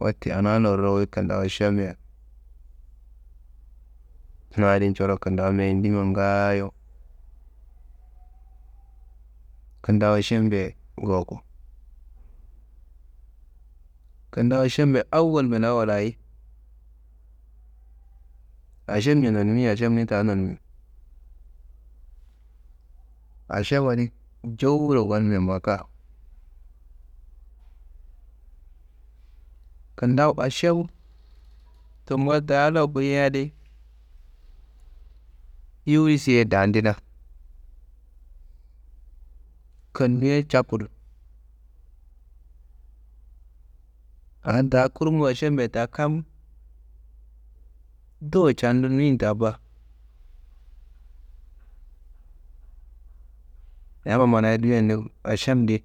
Wote ana laro wuyi kintawu ašembe, na adin corro kintawu meye n yindimma ngaayo kintawu ašembe goko. Kintawu ašembe awol ben awolla ayi? Ašemni nonimi ašem ni ta nonimi, ašemma adi jowuro ngonimia makaa, kintawu ašewu tumma ta loku yiyia adi, yulisi ye dandina. Kannu ye cakkudu, ada a kurma ašembe ta kam, ndowo candu nuyi ta ba. Yamma mana duyia ni, ašem di